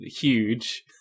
Huge